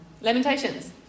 Lamentations